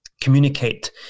communicate